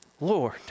Lord